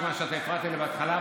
מכיוון שאתה הפרעת לי בהתחלה,